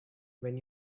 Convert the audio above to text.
when